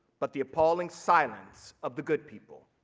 but the appalling silence of the good people.